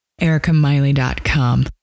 ericamiley.com